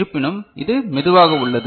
இருப்பினும் இது மெதுவாக உள்ளது